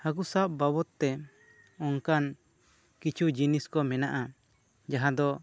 ᱦᱟᱹᱠᱩ ᱥᱟᱵ ᱵᱟᱵᱚᱛ ᱛᱮ ᱚᱱᱠᱟᱱ ᱠᱤᱪᱷᱩ ᱡᱤᱱᱤᱥ ᱠᱚ ᱢᱮᱱᱟᱜᱼᱟ ᱡᱟᱦᱟᱸ ᱫᱚ